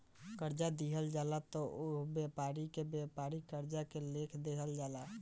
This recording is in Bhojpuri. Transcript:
कर्जा दिहल जाला त ओह व्यापारी के व्यापारिक कर्जा के लेखा देखल जाला